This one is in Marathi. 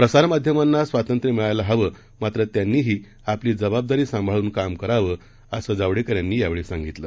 प्रसार माध्यमांनास्वातंत्र्यमिळायलाहवं मात्रत्यांनीहीआपलीजबाबदारीसांभाळूनकामकरावं असंजावडेकरयांनीयावेळी सांगितलं